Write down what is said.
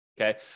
Okay